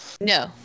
No